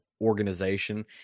organization